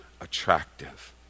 attractive